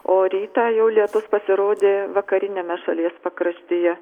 o rytą jau lietus pasirodė vakariniame šalies pakraštyje